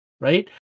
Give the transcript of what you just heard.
right